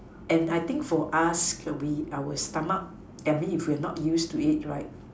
and I think for us we our stomach I mean if we are not used to it right